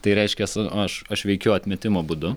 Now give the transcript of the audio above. tai reiškias aš aš veikiu atmetimo būdu